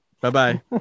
Bye-bye